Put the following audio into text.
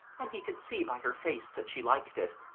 and he could see by her face that she liked it.